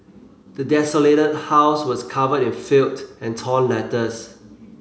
the desolated house was covered in filth and torn letters